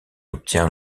obtient